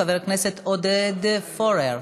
חבר הכנסת עודד פורר.